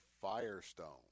firestone